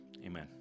Amen